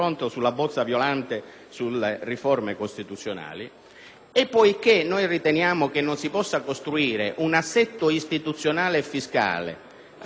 Riteniamo altresì che non si possa costruire un assetto istituzionale e fiscale, ancorché privo di numeri e di coperture attuali,